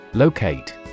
Locate